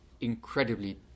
incredibly